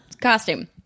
costume